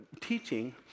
teaching